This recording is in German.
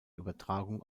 übertragung